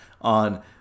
on